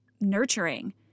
nurturing